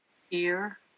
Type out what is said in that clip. Fear